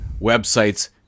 websites